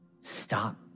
stop